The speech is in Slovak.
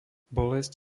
bolesť